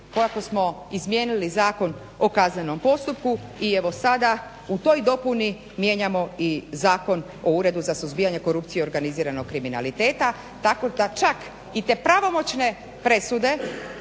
kako smo izmijenili Zakon o kaznenom postupku i evo sada u toj dopuni mijenjamo i Zakon o uredu za suzbijanje korupcije i organiziranog kriminaliteta, tako da čak i te pravomoćne presude